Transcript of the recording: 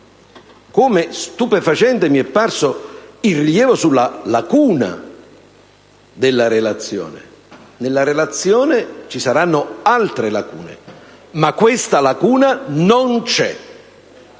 Come stupefacente mi è parso il rilievo sulla lacuna della relazione. Nella relazione saranno contenute altre lacune, ma la lacuna in